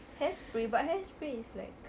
hair spray but hair spray is like